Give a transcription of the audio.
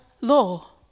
law